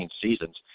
seasons